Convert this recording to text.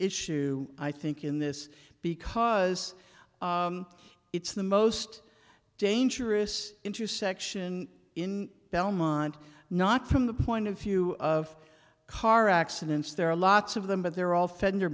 issue i think in this because it's the most dangerous intersection in belmont not from the point of view of car accidents there are lots of them but they're all fender